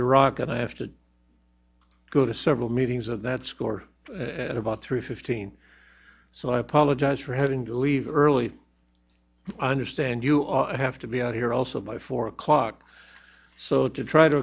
iraq and i have to go to several meetings or that score at about three fifteen so i apologize for having to leave early i understand you all have to be out here also by four o'clock so to try to